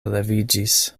leviĝis